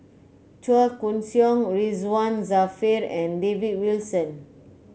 Chua Koon Siong Ridzwan Dzafir and David Wilson